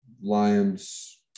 Lions